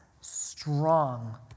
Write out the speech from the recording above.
strong